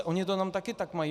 Oni to tam také tak mají.